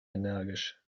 energisch